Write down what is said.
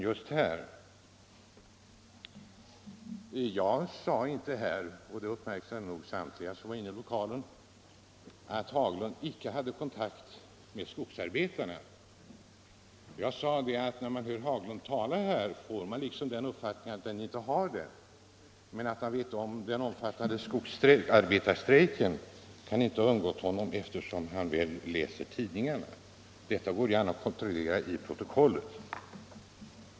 Jag sade inte — och det uppmärksammade nog samtliga som var inne i kammaren — att herr Haglund inte hade kontakt med skogsarbetarna. Jag sade att när man hörde honom tala fick man den uppfattningen att han inte hade det. Jag sade också att den omfattande skogsarbetarstrejken inte kan ha undgått honom eftersom han väl läser tidningarna. Detta går an att kontrollera i protokollet.